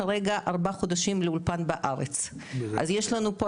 כרגע ארבעה חודשים לאולפן בארץ אז יש לנו פה,